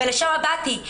ולשם באתי.